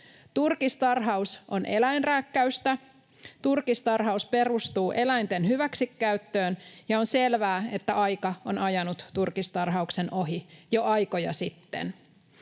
Turkistarhaus on eläinrääkkäystä. Turkistarhaus perustuu eläinten hyväksikäyttöön, ja on selvää, että aika on ajanut turkistarhauksen ohi jo aikoja sitten.